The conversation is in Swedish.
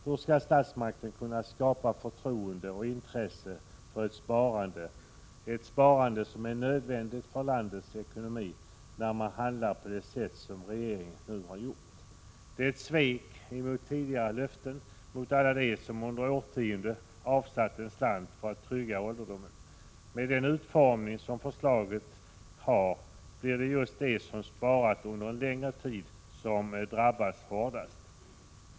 Hur skall statsmakten kunna skapa förtroende och intresse för ett sparande — som är nödvändigt för landets ekonomi — när man handlar på det sätt som regeringen nu har gjort? Det är svek mot tidigare löften, mot alla dem som under årtionden har avsatt en slant för en tryggare ålderdom. Med den utformning som förslaget har blir det just de som sparat under en längre tid som drabbas hårdast.